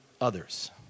others